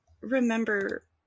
remember